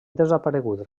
desaparegut